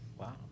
wow